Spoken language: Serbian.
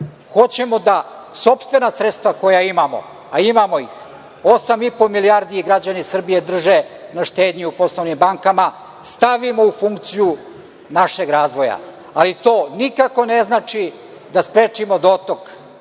Hoćemo da sopstvena sredstva koja imamo, a imamo ih, 8,5 milijardi građani Srbije drže na štednji u poslovnim bankama, stavimo u funkciju našeg razvoja. To nikako ne znači da sprečimo dotok